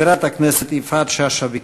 חברת הכנסת יפעת שאשא ביטון.